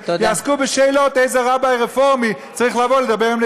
אני מציע לך לשמור על זכות השתיקה כשמדברים על